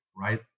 right